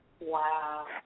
Wow